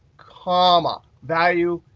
comma, value.